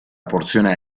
porzione